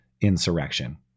insurrection